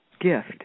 gift